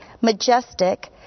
majestic